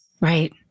Right